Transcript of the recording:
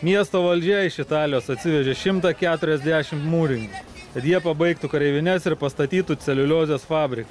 miesto valdžia iš italijos atsivežė šimtą keturiasdešim mūrininkų kad jie pabaigtų kareivines ir pastatytų celiuliozės fabriką